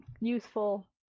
useful